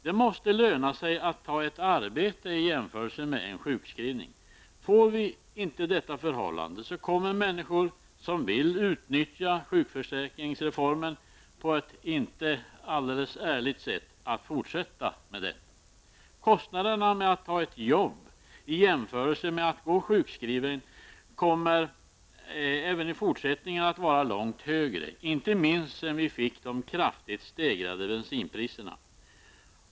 Det måste emellertid löna sig att ta ett arbete i jämförelse med en sjukskrivning. Får vi icke detta förhållande, kommer människor som vill utnyttja sjukförsäkringsreformen på ett inte alldeles ärligt sätt att fortsätta med detta. Kostnaderna för ett jobb i jämförelse med att gå sjukskriven kommer även i fortsättningen att vara långt högre, inte minst sedan vi fick de kraftigt stegrade bensinpriserna.